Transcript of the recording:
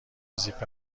زیپ